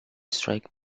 strike